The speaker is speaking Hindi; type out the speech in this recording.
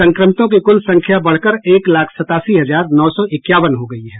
संक्रमितों की कुल संख्या बढ़कर एक लाख सतासी हजार नौ सौ इक्यावन हो गयी है